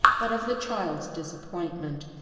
but of the child's disappointment.